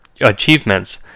achievements